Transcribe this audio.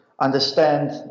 understand